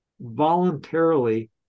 voluntarily